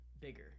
bigger